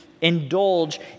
indulge